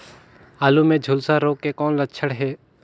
आलू मे झुलसा रोग के कौन लक्षण हे?